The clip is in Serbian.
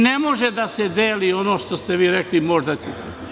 Ne može da se deli ono što ste vi rekli moda će se.